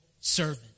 servant